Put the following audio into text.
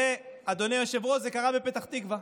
אדוני היושב-ראש, זה קרה בפתח תקווה.